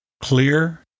Clear